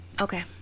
Okay